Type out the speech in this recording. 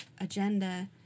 agenda